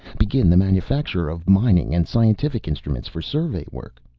begin the manufacture of mining and scientific instruments for survey work.